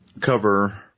cover